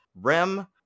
rem